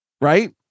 right